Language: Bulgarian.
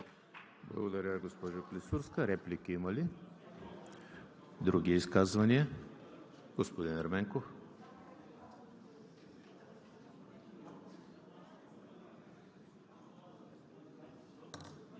Благодаря Ви, госпожо Клисурска. Реплики има ли? Други изказвания? Господин Ерменков,